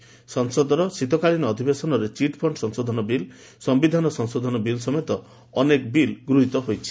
ସଫସଦର ଶୀତକାଳୀନ ଅଧିବେଶନରେ ଚିଟ୍ଫଣ୍ଡ୍ ସଂଶୋଧନ ବିଲ୍ ସମ୍ଭିଧାନ ସଂଶୋଧନ ବିଲ୍ ସମେତ ଅନେକ ବିଲ୍ ଗୃହୀତ ହୋଇଛି